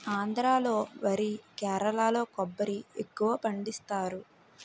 ఆంధ్రా లో వరి కేరళలో కొబ్బరి ఎక్కువపండిస్తారు